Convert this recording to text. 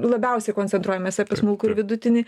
labiausiai koncentruojamės apie smulkų ir vidutinį